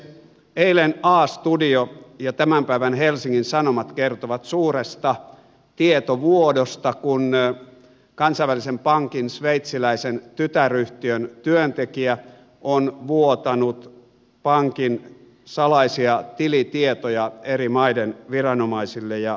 eilinen a studio ja tämän päivän helsingin sanomat kertovat suuresta tietovuodosta kun kansainvälisen pankin sveitsiläisen tytäryhtiön työntekijä on vuotanut pankin salaisia tilitietoja eri maiden viranomaisille ja medialle